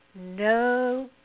no